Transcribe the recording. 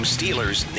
Steelers